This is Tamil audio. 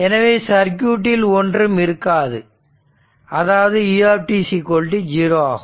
எனவே சர்க்யூட்டில் ஒன்றும் இருக்காது அதாவது u 0 ஆகும்